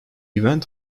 event